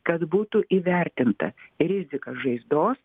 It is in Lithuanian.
kad būtų įvertinta rizika žaizdos